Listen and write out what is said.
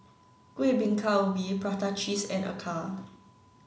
Kueh Bingka Ubi Prata Cheese and Acar